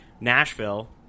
Nashville